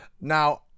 Now